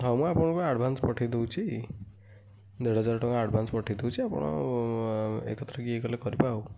ହଁ ଆପଣଙ୍କୁ ଆଡ଼ଭାନ୍ସ୍ ପଠାଇ ଦେଉଛି ଦେଢ଼ ହଜାର ଟଙ୍କା ଆଡ଼ଭାନ୍ସ୍ ପଠାଇ ଦେଉଛି ଆପଣ ଏକାଥରେ ଏଇ କଲେ କରିବେ ଆଉ